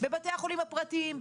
בבתי החולים הפרטיים.